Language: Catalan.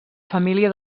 família